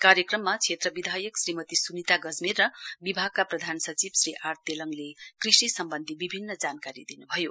कार्यक्रममा क्षेत्र विधायक श्रीमती सुनिता गजमेर र विभागका प्रधान सचिव श्री आर तेलाङले कृषि सम्वन्धी विभिन्न जानकारी दिनुभयो